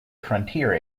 frontier